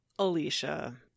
Alicia